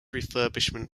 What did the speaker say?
refurbishment